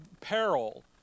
peril